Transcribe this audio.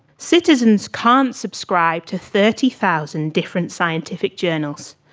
citizens can't subscribe to thirty thousand different scientific journals,